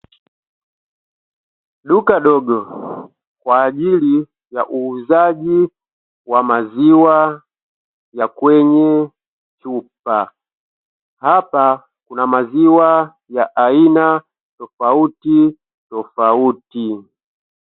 Duka dogo kwa ajili ya uuzaji wa maziwa ya kwenye chupa, hapa kuna maziwa ya aina tofautitofauti.